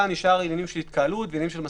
נשארו עניינים של התקהלות ועניינים של מסכות.